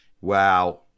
Wow